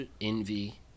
Envy